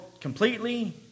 completely